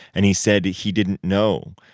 and he said he didn't know.